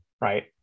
Right